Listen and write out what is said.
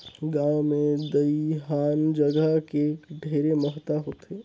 गांव मे दइहान जघा के ढेरे महत्ता होथे